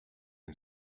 and